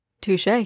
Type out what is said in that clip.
Touche